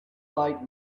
like